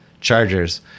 Chargers